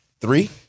Three